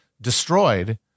destroyed